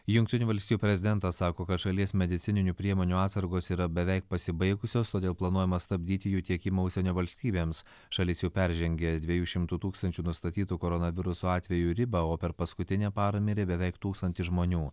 jungtinių valstijų prezidentas sako kad šalies medicininių priemonių atsargos yra beveik pasibaigusios todėl planuojama stabdyti jų tiekimą užsienio valstybėms šalis jau peržengė dviejų šimtų tūkstančių nustatytų koronaviruso atvejų ribą o per paskutinę parą mirė beveik tūkstantis žmonių